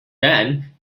than